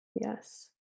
Yes